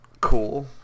Cool